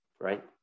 right